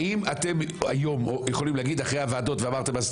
האם אתם היום יכולים להגיד אחרי הוועדות ואמרתם אז